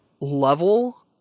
level